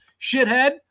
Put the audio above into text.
shithead